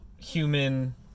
human